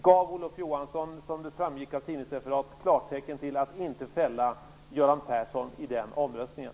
Gav Olof Johansson, vilket framgick av tidningsreferat, klartecken till att man inte skulle fälla Göran Persson i den omröstningen?